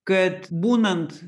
kad būnant